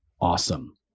awesome